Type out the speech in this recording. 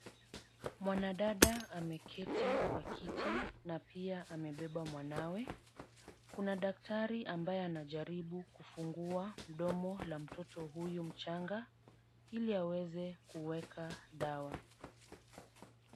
Mwanadada ameketi kwa kiti na pia amebeba mwanawe. Kuna daktari ambaye anajaribu kufungua domo la mtoto huyu mchanga ili aweze kuweka dawa.